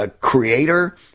creator